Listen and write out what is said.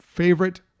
Favorite